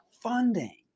funding